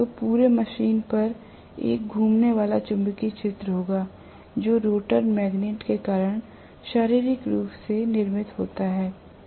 तो पूरे मशीन पर एक घूमने वाला चुंबकीय क्षेत्र होगा जो रोटर मैग्नेट के कारण शारीरिक रूप से निर्मित होता है